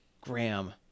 Graham